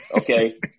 okay